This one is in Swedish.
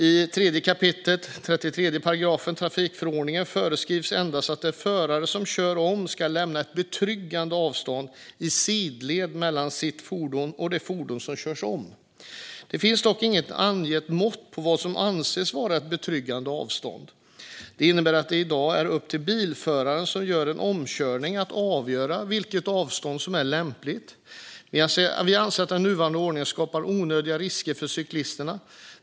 I 3 kap. 33 § trafikförordningen föreskrivs endast att den förare som kör om ska lämna ett betryggande avstånd i sidled mellan sitt fordon och det fordon som körs om. Det finns dock inget angett mått på vad som anses vara ett betryggande avstånd. Det innebär att det i dag är upp till bilföraren som gör en omkörning att avgöra vilket avstånd som är lämpligt. Vi anser att den nuvarande ordningen skapar onödiga risker för cyklisterna.